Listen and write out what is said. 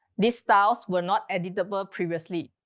this styles were not editable previously.